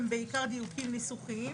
הם בעיקר דיוקים ניסוחיים.